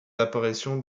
apparitions